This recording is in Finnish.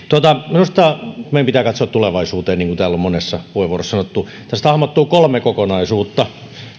minusta meidän pitää katsoa tulevaisuuteen niin kuin täällä on monessa puheenvuorossa sanottu tästä hahmottuu kolme kokonaisuutta